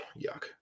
yuck